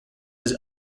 his